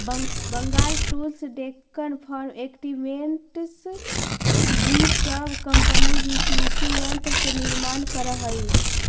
Bengal tools, Deccan farm equipments इ सब company भी कृषि यन्त्र के निर्माण करऽ हई